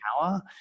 power